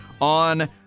on